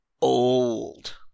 old